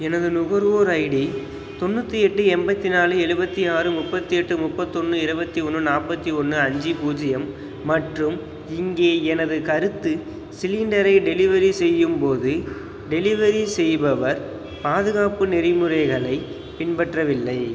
எனது நுகர்வோர் ஐடி தொண்ணூற்றி எட்டு எண்பத்தி நாலு எழுவத்தி ஆறு முப்பத்தெட்டு முப்பத்தொன்று இருபத்தி ஒன்று நாப்பத்தி ஒன்று அஞ்சு பூஜ்ஜியம் மற்றும் இங்கே எனது கருத்து சிலிண்டரை டெலிவரி செய்யும் போது டெலிவரி செய்பவர் பாதுகாப்பு நெறிமுறைகளைப் பின்பற்றவில்லை